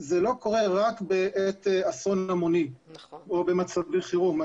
זה לא קורה רק בעת אסון המוני או במצבי חירום.